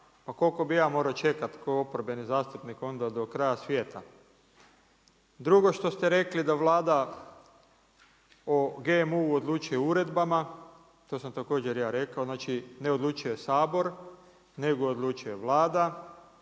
Pa koliko bih ja morao čekati kao oporbeni zastupnik onda do kraja svijeta? Drugo što ste rekli da Vlada o GMO-u odlučuje uredbama, to sam također ja rekao. Znači ne odlučuje Sabor, nego odlučuje Vlada,